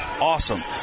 awesome